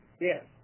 Yes